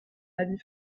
avis